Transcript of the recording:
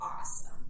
awesome